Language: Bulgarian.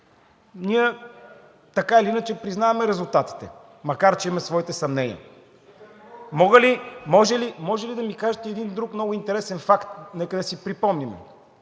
Ние така или иначе признаваме резултатите, макар че имаме своите съмнения. Може ли да ми кажете и един друг много интересен факт? Нека да си припомним